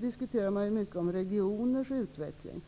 diskuterar inom EG mycket om regioners utveckling.